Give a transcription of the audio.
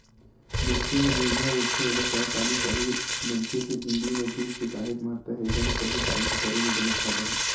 मनखे ह बिहनिया उठथे ओला चाय पानी चाही मनखे के जिनगी म दूद के काहेच महत्ता हे अइसन म पसुपालन के करई म बनेच फायदा हे